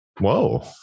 Whoa